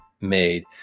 made